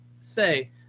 say